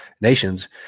nations